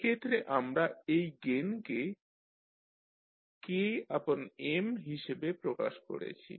এক্ষেত্রে আমরা এই গেইনকে KM হিসাবে প্রকাশ করেছি